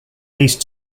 least